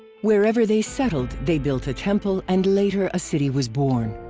wherever they settled, they built a temple and later a city was born.